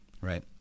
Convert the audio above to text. right